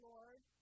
Lord